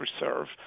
reserve